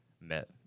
met